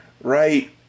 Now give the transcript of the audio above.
Right